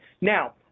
Now